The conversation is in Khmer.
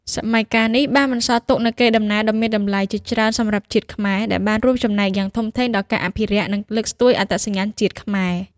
សម័យកាលនេះបានបន្សល់ទុកនូវកេរដំណែលដ៏មានតម្លៃជាច្រើនសម្រាប់ជាតិខ្មែរ ដែលបានរួមចំណែកយ៉ាងធំធេងដល់ការអភិរក្ស និងលើកស្ទួយអត្តសញ្ញាណជាតិខ្មែរ។